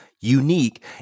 unique